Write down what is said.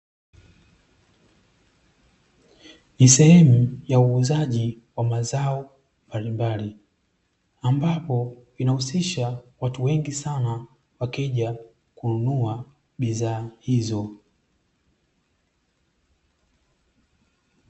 Ni Sehemu ya uuzaji wa mazao mbalimbali, ambapo inahusisha watu wengi sana wakija kununua bidhaa hizo.